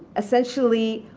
essentially,